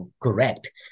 correct